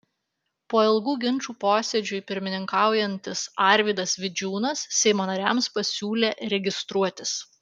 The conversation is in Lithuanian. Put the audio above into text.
po ilgų ginčų posėdžiui pirmininkaujantis arvydas vidžiūnas seimo nariams pasiūlė registruotis